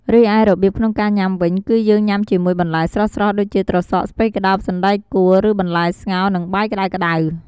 រីឯរបៀបក្នុងការញ៉ាំវិញ គឺយើងញ៉ាំជាមួយបន្លែស្រស់ៗ ដូចជា ត្រសក់ ស្ពៃក្ដោប សណ្ដែកកួរ ឬបន្លែស្ងោរ និងបាយក្តៅៗ។